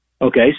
Okay